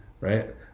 right